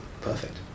perfect